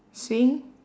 swing